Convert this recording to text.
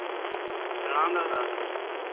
प्रणाम दादा